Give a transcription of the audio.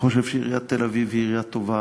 חושב שעיריית תל-אביב היא עירייה טובה,